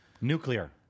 Nuclear